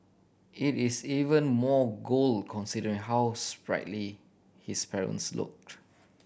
it is even more gold considering how sprightly his parents look